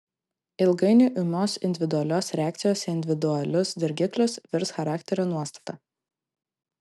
ilgainiui ūmios individualios reakcijos į individualius dirgiklius virs charakterio nuostata